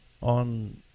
on